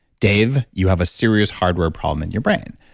dave, you have a serious hardware problem in your brain.